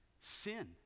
sin